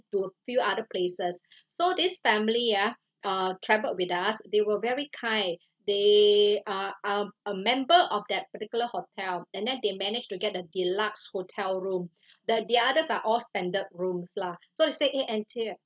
to a few other places so this family ah uh travelled with us they were very kind they are are a member of that particular hotel and then they managed to get a deluxe hotel room the the others are all standard rooms lah so they say eh anthea